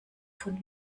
von